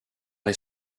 les